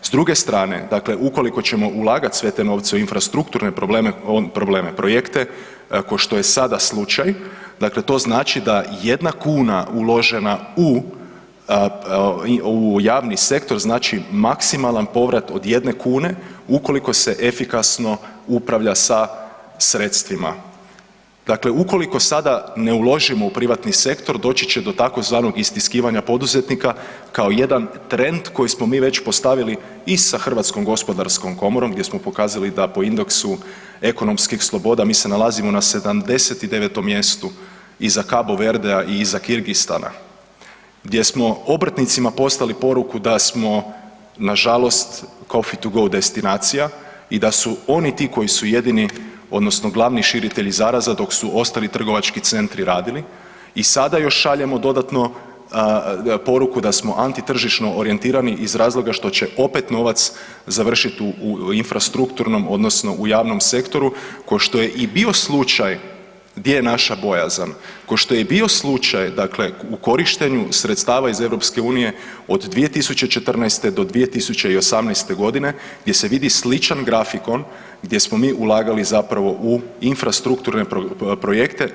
S druge strane, dakle, ukoliko ćemo ulagati sve te novce u infrastrukturne probleme, projekte, kao što je sada slučaj, dakle to znači da jedna kuna uložena u javni sektor znači maksimalni povrat od jedne kune, ukoliko se efikasno upravlja sa sredstvima, dakle, ukoliko sada ne uložimo u privatni sektor doći će do takozvanog istiskivanja poduzetnika kao jedan trend koji smo mi već postavili i sa Hrvatskom gospodarskom komorom, gdje smo pokazali da po indeksu ekonomskih sloboda mi se nalazimo na 79. mjestu iza Cabo Verdea i iza Kirgistana, gdje smo obrtnicima poslali poruku da smo nažalost, coffee to go destinacija i da su oni ti koji su jedini odnosno glavni širitelji zaraza dok su ostali trgovački centri radili i sada još šaljemo dodatno poruku da smo antitržišno orijentirani iz razloga što će opet novac završiti u infrastrukturnom, odnosno u javnom sektoru kao što je i bio slučaj, gdje je naša bojazan, kao što je i bio slučaj dakle u korištenju sredstava iz Europske unije od 2014. – 2018. godine gdje se vidi sličan grafikon, gdje smo mi ulagali zapravo u infrastrukturne projekte.